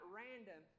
random